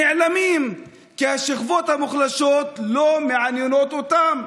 נעלמים, כי השכבות המוחלשות לא מעניינות אותם,